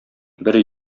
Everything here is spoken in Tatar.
бер